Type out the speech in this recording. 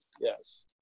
Yes